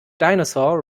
dinosaur